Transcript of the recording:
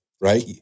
right